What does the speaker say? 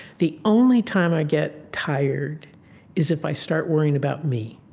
the only time i get tired is if i start worrying about me.